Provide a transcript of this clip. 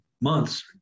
months